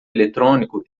eletrônico